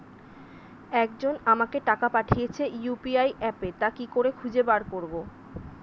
একজন আমাকে টাকা পাঠিয়েছে ইউ.পি.আই অ্যাপে তা কি করে খুঁজে বার করব?